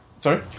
sorry